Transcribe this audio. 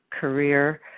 career